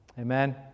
Amen